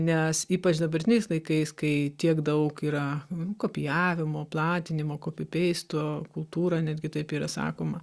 nes ypač dabartiniais laikais kai tiek daug yra kopijavimo platinimo kopipeisto kultūra netgi taip yra sakoma